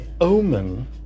Omen